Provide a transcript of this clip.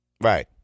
Right